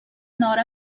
not